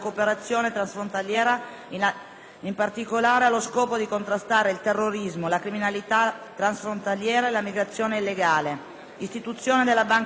in particolare allo scopo di contrastare il terrorismo, la criminalità transfrontaliera e la migrazione illegale (Trattato di Prum). Istituzione della banca dati nazionale del DNA